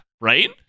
right